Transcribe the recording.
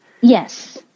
Yes